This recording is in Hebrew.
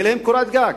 ותהיה להם קורת גג,